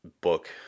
book